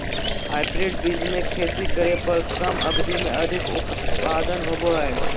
hybrid बीज से खेती करे पर कम अवधि में अधिक उत्पादन होबो हइ